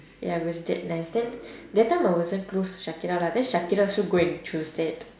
ya it was that nice then that time I wasn't close to shakira lah then shakira also go and choose that